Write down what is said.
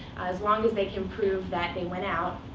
as long as they can prove that they went out,